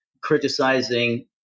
criticizing